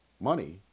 money